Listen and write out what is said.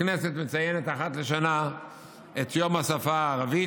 הכנסת מציינת אחת לשנה את יום השפה הערבית,